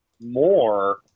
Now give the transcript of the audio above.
more